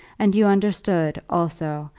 and you understood, also,